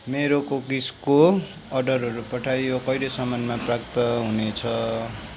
मेरो कुकिजको अर्डरहरू पठाइयो यो कहिलेसम्ममा प्राप्त हुनेछ